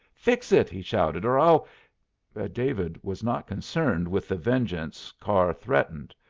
fix it, he shouted, or i'll david was not concerned with the vengeance carr threatened.